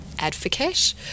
advocate